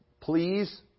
Please